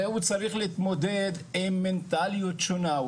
הרי הוא צריך להתמודד עם מנטליות שונה,